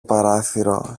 παράθυρο